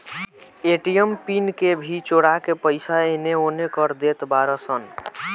ATM PIN के भी चोरा के पईसा एनेओने कर देत बाड़ऽ सन